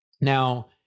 Now